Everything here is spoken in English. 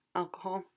alcohol